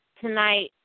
tonight